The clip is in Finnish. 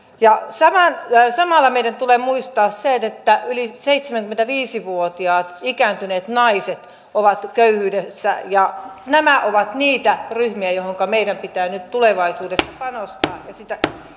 samalla meidän tulee muistaa se että yli seitsemänkymmentäviisi vuotiaat ikääntyneet naiset ovat köyhyydessä ja nämä ovat niitä ryhmiä joihinka meidän pitää nyt tulevaisuudessa panostaa